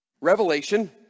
Revelation